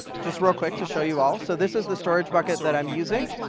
just real quick to show you all. so this is the storage bucket that i'm using.